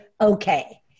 okay